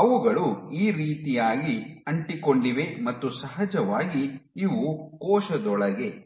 ಅವುಗಳು ಈ ರೀತಿಯಾಗಿ ಅಂಟಿಕೊಂಡಿವೆ ಮತ್ತು ಸಹಜವಾಗಿ ಇವು ಕೋಶದೊಳಗೆ ಇವೆ